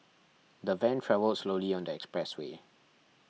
the van travelled slowly on the expressway